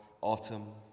Autumn